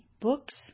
books